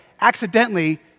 accidentally